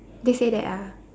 they say that ah